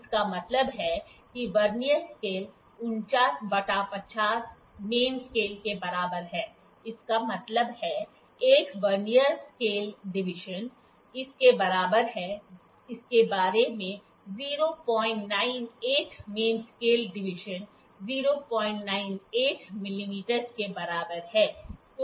इसका मतलब है कि वर्नियर स्केल 49 बटा 50 मेन स्केल के बराबर है इसका मतलब है 1 वर्नियर स्केल डिवीजन इसके बराबर है इसके बारे में 098 मेन स्केल डिवीजन 098 mm के बराबर है